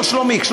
שלומי או שלומיק?